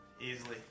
easily